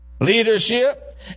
leadership